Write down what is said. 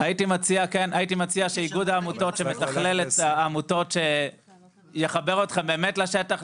הייתי מציע שאיגוד העמותות שמתכלל את העמותות יחבר אתכם באמת לשטח.